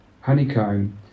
honeycomb